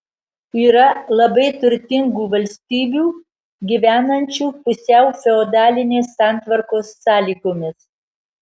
yra labai turtingų valstybių gyvenančių pusiau feodalinės santvarkos sąlygomis